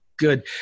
Good